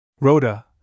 Rhoda